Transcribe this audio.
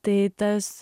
tai tas